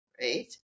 right